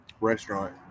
restaurant